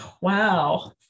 Wow